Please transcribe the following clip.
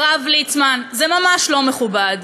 הרב ליצמן, זה ממש לא מכובד.